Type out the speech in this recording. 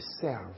serve